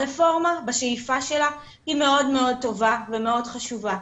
הרפורמה בשאיפה שלה היא מאוד מאוד טובה ומאוד חשובה.